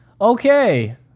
Okay